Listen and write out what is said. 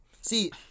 See